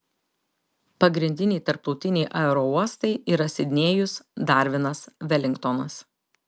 pagrindiniai tarptautiniai aerouostai yra sidnėjus darvinas velingtonas